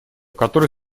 который